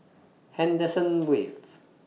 Henderson Wave